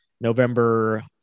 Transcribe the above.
November